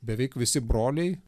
beveik visi broliai